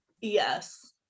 yes